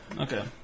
Okay